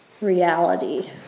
reality